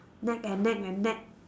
nag and nag and nag